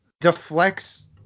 deflects